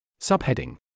Subheading